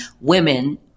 women